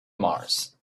mars